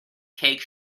cake